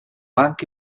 anche